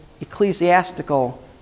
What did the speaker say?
ecclesiastical